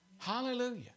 Hallelujah